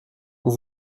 vous